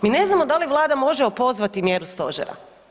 Mi ne znamo da li Vlada može opozvati mjeru stožera.